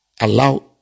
allow